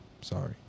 Sorry